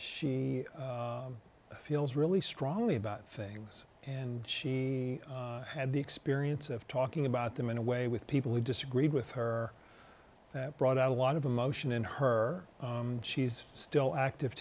she feels really strongly about things and she had the experience of talking about them in a way with people who disagree with her that brought out a lot of emotion in her she's still active